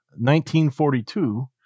1942